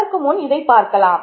அதற்கு முன் இதைப் பார்க்கலாம்